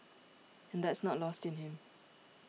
and that's not lost in him